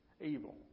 evil